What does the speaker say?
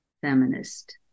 feminist